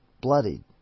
bloodied